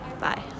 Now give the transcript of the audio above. bye